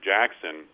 Jackson